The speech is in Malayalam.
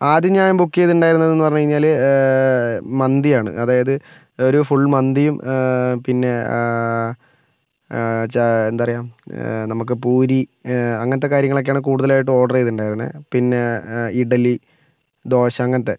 ആദ്യം ഞാൻ ബുക്ക് ചെയ്തിട്ടുണ്ടായിരുന്നത് എന്ന് പറഞ്ഞു കഴിഞ്ഞാല് മന്തിയാണ് അതായത് ഒരു ഫുൾ മന്തിയും പിന്നെ ചാ എന്താ പറയുക നമുക്ക് പൂരി അങ്ങനത്തെ കാര്യങ്ങളൊക്കെയാണ് കൂടുതലായിട്ടും ഓർഡർ ചെയ്തിട്ടുണ്ടായിരുന്നത് പിന്നെ ഇഡലി ദോശ അങ്ങനത്തെ